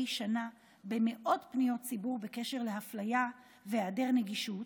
שנה במאות פניות ציבור בקשר לאפליה והיעדר נגישות,